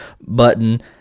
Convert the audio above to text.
button